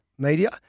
media